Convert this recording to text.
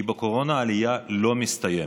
כי בקורונה העלייה לא מסתיימת.